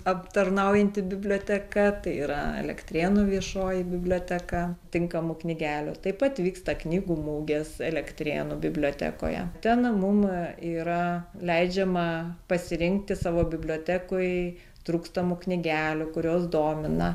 aptarnaujanti biblioteka tai yra elektrėnų viešoji biblioteka tinkamų knygelių taip pat vyksta knygų mugės elektrėnų bibliotekoje ten mum yra leidžiama pasirinkti savo bibliotekoj trūkstamų knygelių kurios domina